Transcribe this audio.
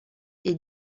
est